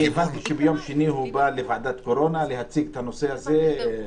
אני הבנתי שביום שני הוא בא לוועדת הקורונה להציג את הנושא הזה.